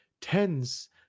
tens